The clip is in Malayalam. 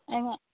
എങ്ങനെ